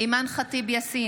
אינו נוכח אימאן ח'טיב יאסין,